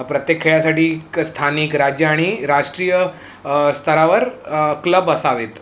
प्रत्येक खेळासाठी क् स्थानिक राज्य आणि राष्ट्रीय स्तरावर क्लब असावेत